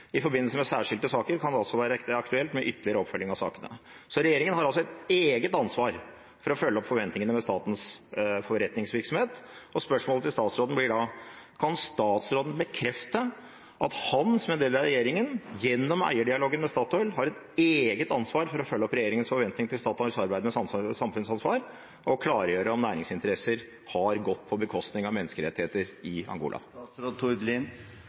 I forbindelse med særskilte saker kan det altså være aktuelt med ytterligere oppfølging av selskapene.» Regjeringen har altså et eget ansvar for å følge opp forventningene ved statens forretningsvirksomhet, og spørsmålet til statsråden blir da: Kan statsråden bekrefte at han som en del av regjeringen gjennom eierdialogen med Statoil har et eget ansvar for å følge opp regjeringens forventning til Statoils arbeid med samfunnsansvar, og klargjøre om næringsinteresser har gått på bekostning av menneskerettigheter i